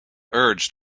urge